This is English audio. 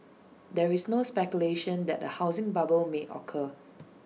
there is no speculation that A housing bubble may occur